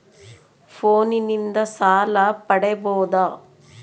ಫೋನಿನಿಂದ ಸಾಲ ಪಡೇಬೋದ?